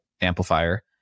Amplifier